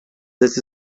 this